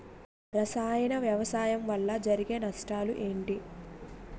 రసాయన వ్యవసాయం వల్ల జరిగే నష్టాలు ఏంటి?